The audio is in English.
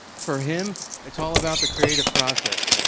for him it's all about the creative process.